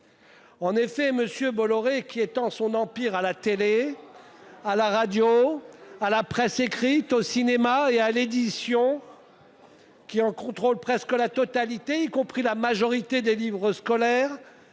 l'autre. M. Bolloré, qui étend son empire à la télévision, à la radio, à la presse écrite, au cinéma et à l'édition, qui en contrôle presque la totalité, y compris la majorité des livres scolaires,